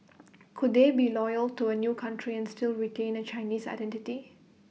could they be loyal to A new country and still retain A Chinese identity